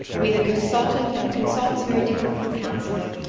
with a consultant. and a consultant's very different from counselling.